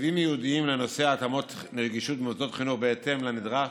תקציבים ייעודיים לנושא התאמות נגישות במוסדות חינוך בהתאם לנדרש